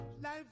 Life